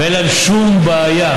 ואין להם שום בעיה,